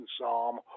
psalm